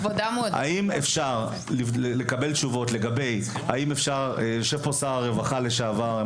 האם אפשר לקבל תשובות יושב פה שר הרווחה לשעבר,